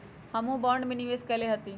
हमहुँ बॉन्ड में निवेश कयले हती